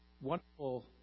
wonderful